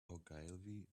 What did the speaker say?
ogilvy